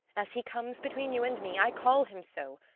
as he comes between you and me, i call him so.